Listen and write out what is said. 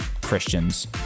christians